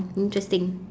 interesting